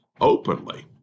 openly